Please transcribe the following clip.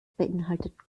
beinhaltet